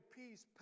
peace